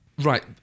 Right